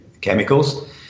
chemicals